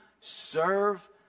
serve